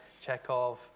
Chekhov